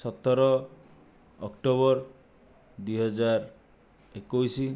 ସତର ଅକ୍ଟୋବର ଦୁଇ ହଜାର ଏକୋଇଶ